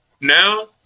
Now